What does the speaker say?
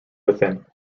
within